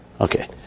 Okay